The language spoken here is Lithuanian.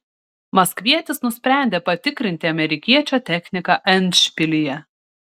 maskvietis nusprendė patikrinti amerikiečio techniką endšpilyje